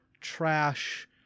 trash